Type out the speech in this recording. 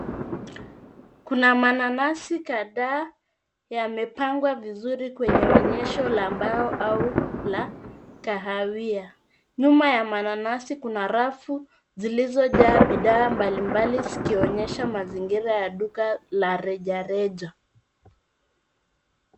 Kuna mananasi kadhaa yamepangwa vizuri kwenye onyesho la mbao au la kahawia. Nyuma ya mananasi kuna rafu zilizojaa bidhaa mbalimbali zikionyesha mazingira ya duka la rejareja.